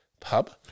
pub